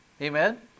amen